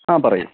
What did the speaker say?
ആ പറയൂ